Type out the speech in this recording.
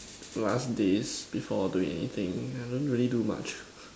last days before doing anything I don't really do much